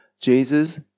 Jesus